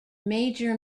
major